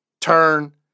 turn